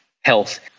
health